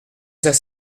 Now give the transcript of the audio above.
c’est